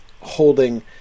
holding